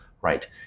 right